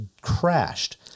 crashed